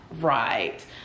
Right